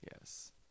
Yes